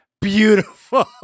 beautiful